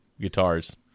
guitars